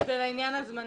כי זה לעניין הזמנים.